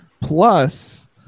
plus